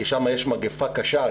כי שם יש מגפה קשה,